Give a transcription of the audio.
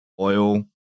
oil